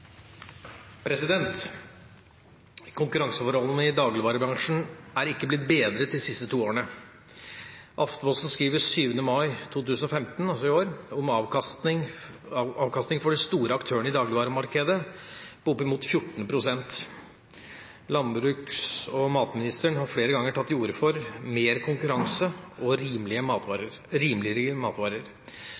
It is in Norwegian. Sør-Øst. «Konkurranseforholdene i dagligvarebransjen er ikke blitt bedret de siste to årene. Aftenposten skriver 7. mai 2015 om avkastning for de store aktørene i dagligvaremarkedet på oppimot 14 pst. Landbruks- og matministeren har flere ganger tatt til orde for mer konkurranse og rimeligere matvarer.